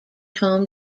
home